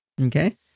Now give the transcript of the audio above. Okay